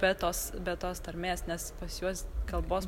be tos be tos tarmės nes pas juos kalbos